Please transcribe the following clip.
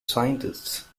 scientists